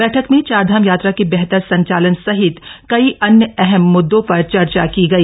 बैठक में चारधाम यात्रा के बेहतर संचालन सहित कई अन्य अहम मुददों पर चर्चा की गई